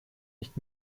nicht